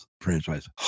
franchise